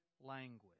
language